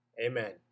Amen